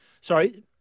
sorry